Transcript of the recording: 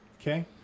Okay